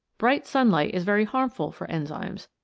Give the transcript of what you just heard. bright sunlight is very harmful for enzymes,